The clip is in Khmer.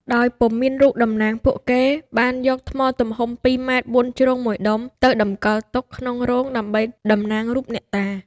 ដោយពុំមានរូបតំណាងពួកគេបានយកថ្មទំហំ ២ ម៉ែត្របួនជ្រុងមួយដុំ ទៅតម្កល់ទុកក្នុងរោងដើម្បីតំណាងរូបអ្នកតា ។